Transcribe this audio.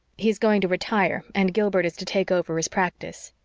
he is going to retire, and gilbert is to take over his practice.